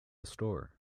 store